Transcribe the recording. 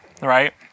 right